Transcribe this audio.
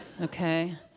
Okay